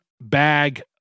bag